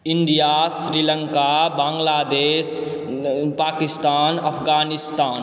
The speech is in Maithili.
इण्डिया श्रीलङ्का बांग्लादेश पाकिस्तान अफगानिस्तान